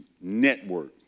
network